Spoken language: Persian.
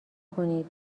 کنید